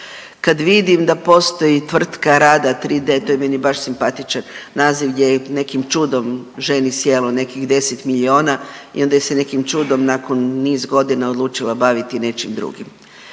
kad vidim da postoji tvrtka Rada 3D, to je meni baš simpatičan naziv gdje je nekim čudom ženi sjelo nekih 10 milijuna i onda se je nekim čudom nakon niz godina odlučila baviti nečim drugim.